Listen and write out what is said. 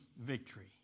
victory